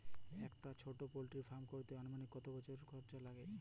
একটা ছোটো poultry farm করতে আনুমানিক কত খরচ কত হতে পারে?